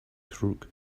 crook